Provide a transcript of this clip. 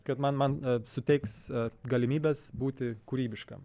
kad man man suteiks galimybes būti kūrybiškam